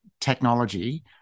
technology